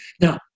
Now